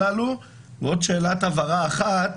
אז הדברים האלה נורא משפיעים ואנחנו